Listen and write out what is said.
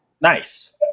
nice